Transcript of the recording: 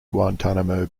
guantanamo